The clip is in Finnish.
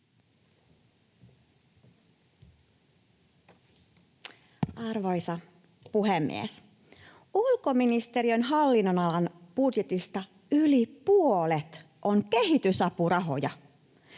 Arvoisa puhemies! Ulkoministeriön hallinnonalan budjetista yli puolet on kehitysapurahoja.